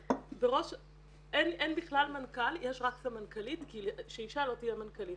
אז אין בכלל מנכ"ל יש רק סמנכ"לית כדי שאישה לא תהיה מנכ"לית.